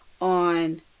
on